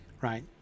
Right